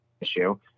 issue